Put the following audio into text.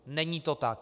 Není to tak.